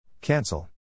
Cancel